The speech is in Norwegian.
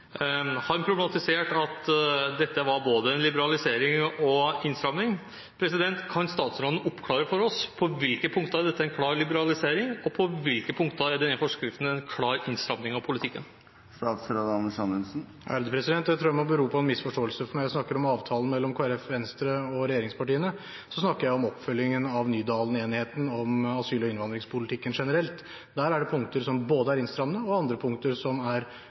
hvilke punkter er dette en klar liberalisering, og på hvilke punkter er denne forskriften en klar innstramming av politikken? Jeg tror det må bero på en misforståelse, for når jeg snakker om avtalen mellom Kristelig Folkeparti og Venstre og regjeringspartiene, snakker jeg om oppfølgingen av Nydalen-enigheten om asyl- og innvandringspolitikken generelt. Der er det både punkter som er innstrammende og andre punkter som er